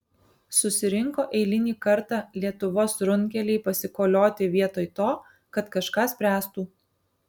susirinko eilinį kartą lietuvos runkeliai pasikolioti vietoj to kad kažką spręstų